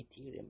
Ethereum